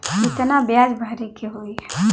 कितना ब्याज भरे के होई?